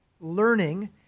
learning